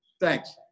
Thanks